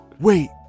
Wait